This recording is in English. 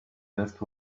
just